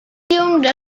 mondes